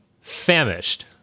famished